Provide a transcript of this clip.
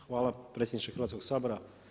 Hvala predsjedniče Hrvatskog sabora.